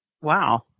Wow